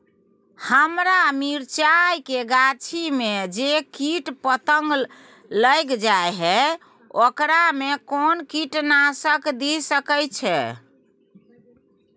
हमरा मिर्चाय के गाछी में जे कीट पतंग लैग जाय है ओकरा में कोन कीटनासक दिय सकै छी?